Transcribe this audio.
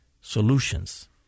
solutions